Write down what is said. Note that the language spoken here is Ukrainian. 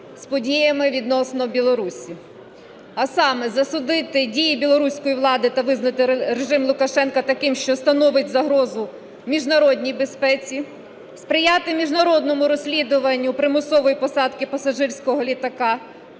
з подіями відносно Білорусі. А саме, засудити дії білоруської влади та визнати режим Лукашенка таким, що становить загрозу міжнародній безпеці. Сприяти міжнародному розслідуванню примусової посадки пасажирського літака.